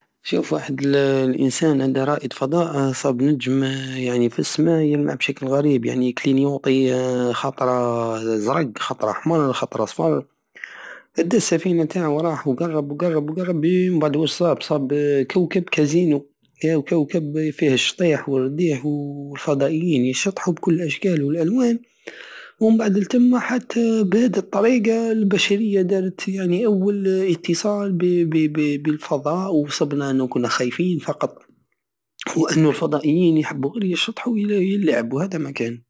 شوف واحد الانسان هدا رائد فضاء صاب نجم في السماء يلمع بشكل غريب يعني يكلينيوطي خطرة زرق خطرة حمر خطرة صفر ادى السفينة تاع وراح وقرب وقرب وقرب اييه ومبعد صاب كوكب كازينو ياو كزكب فيخ الشطيح والرديح والفضائين يشطحو بكل اشكال والالوان ومبعد لتمة حتى بهاد الطريقة البشرية دارت يعني اول اتصال ب ب- بالفضاء وصبنا انو كنا خايفين فقط وخو ان الفضائين يحبو غير يشطحو ويلعبو هدا ماكان